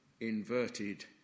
inverted